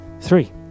three